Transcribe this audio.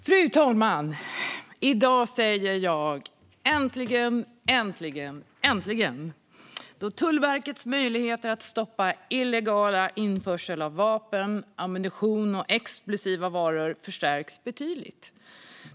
Fru talman! I dag säger jag äntligen, äntligen, äntligen, då Tullverkets möjligheter att stoppa illegal införsel av vapen, ammunition och explosiva varor förstärks betydligt.